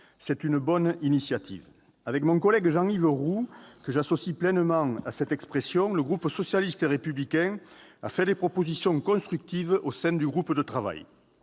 C'est une bonne initiative ! Avec mon collègue Jean-Yves Roux, que j'associe pleinement à cette expression, le groupe socialiste et républicain a fait des propositions constructives au sein du groupe de travail.